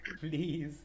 Please